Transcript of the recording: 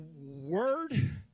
word